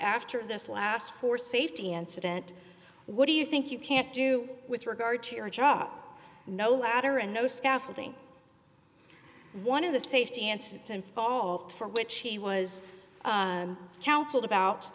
after this last four safety incident what do you think you can't do with regard to your job no ladder and no scaffolding one of the safety and and fault for which he was counseled about